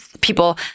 people